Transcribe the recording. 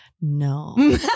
No